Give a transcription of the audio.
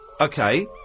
okay